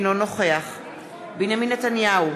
אינו נוכח בנימין נתניהו,